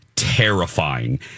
terrifying